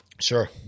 Sure